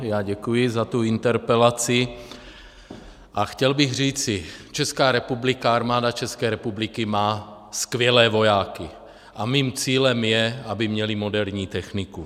Já děkuji za tu interpelaci a chtěl bych říci, že Armáda České republiky má skvělé vojáky a mým cílem je, aby měli moderní techniku.